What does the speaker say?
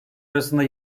arasında